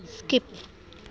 skip